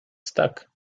stuck